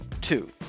two